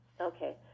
Okay